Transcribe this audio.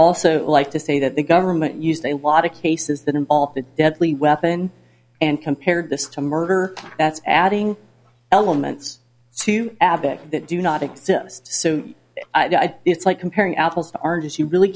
also like to say that the government used a lot of cases that involved a deadly weapon and compared this to murder that's adding elements to abac that do not exist so it's like comparing apples and oranges you really